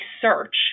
search